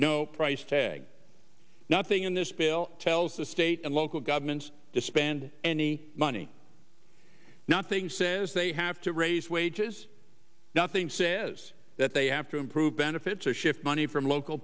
no price tag nothing in this bill tells the state and local governments to spend any money nothing says they have to raise wages nothing says that they have to improve benefits or shift money from local